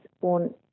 born